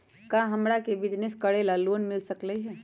का हमरा के बिजनेस करेला लोन मिल सकलई ह?